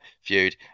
Feud